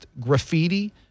graffiti